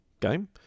game